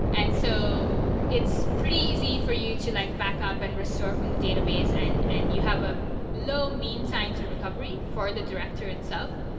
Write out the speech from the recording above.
and so it's pretty easy for you to like backup and restore from the database and and you have a low meantime to recovery for the director itself.